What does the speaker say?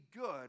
good